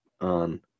on